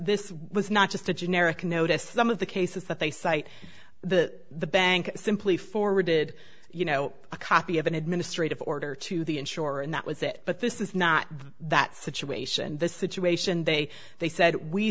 this was not just a generic notice some of the cases that they cite the bank simply forwarded you know a copy of an administrative order to the insurer and that was it but this is not that situation the situation they they said we